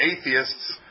atheists